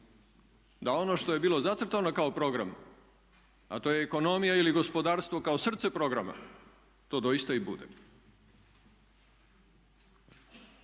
da ono što je bilo zacrtano kao program a to je ekonomija ili gospodarstvo kao srce programa to doista i bude?